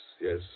yes